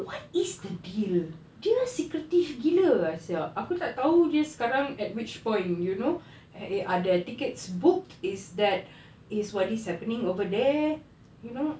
what is the deal dia secretive gila ah sia aku tak tahu dia sekarang at which point you know are their tickets booked is that is what is happening over there you know